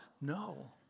No